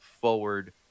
forward